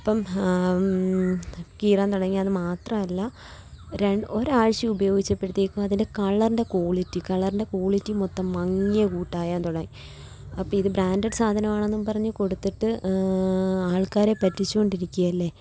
അപ്പോള് കീറാന് തുടങ്ങി അത് മാത്രമല്ല ഒരാഴ്ച ഉപയോഗിച്ചപ്പോഴത്തേക്കും അതിന്റെ കളറിന്റെ ക്വാളിറ്റി കളറിൻറ്റെ ക്വാളിറ്റി മൊത്തം മങ്ങിയ കൂട്ടായാന് തുടങ്ങി അപ്പോള് ഇത് ബ്രാന്റഡ് സാധനമാണെന്നും പറഞ്ഞ് കൊടുത്തിട്ട് ആള്ക്കാരെ പറ്റിച്ചു കൊണ്ടിരിക്കയല്ലേ